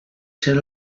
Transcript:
ser